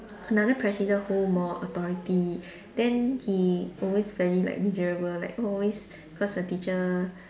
another president hold more authority then he always very like miserable like always cause the teacher